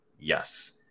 yes